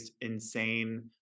insane